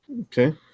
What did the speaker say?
Okay